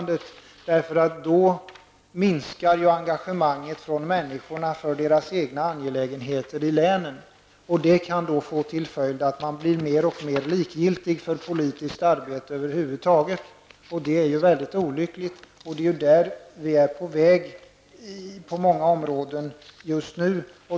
Då kan människors engagemang för deras egna angelägenheter som rör länen minska, vilket kan få till följd att de blir mer och mer likgiltiga för politiskt arbete över huvud taget, och det vore djupt olyckligt. Vi är på väg mot en sådan utveckling inom många områden just nu.